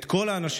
את כל האנשים,